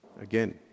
Again